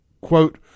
Quote